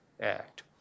Act